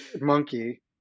monkey